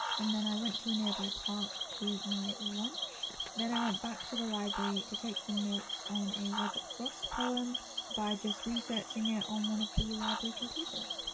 and then i went to a nearby park to eat my lunch then i went back to the library to take some notes on a robert frost poem by just researching it on one of the library computers.